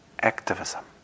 activism